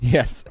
Yes